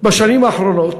בשנים האחרונות